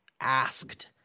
asked